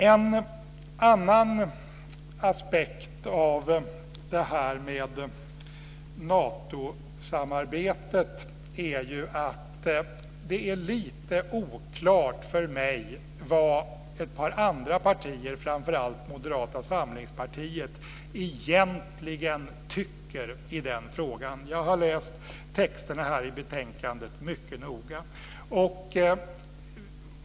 En annan aspekt av Natosamarbetet är att det är lite oklart för mig vad ett par andra partier, framför allt Moderata samlingspartiet, egentligen tycker i den frågan. Jag har läst texterna i betänkandet mycket noga.